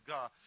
God